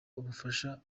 ubufasha